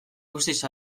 guztiz